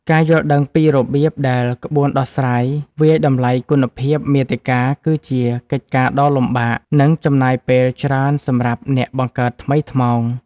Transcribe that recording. ការយល់ដឹងពីរបៀបដែលក្បួនដោះស្រាយវាយតម្លៃគុណភាពមាតិកា គឺជាកិច្ចការដ៏លំបាក និងចំណាយពេលច្រើនសម្រាប់អ្នកបង្កើតថ្មីថ្មោង។